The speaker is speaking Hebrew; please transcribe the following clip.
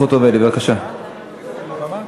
(מרכז שירות ארצי לעניין כרטיס רב-קו),